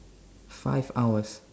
five hours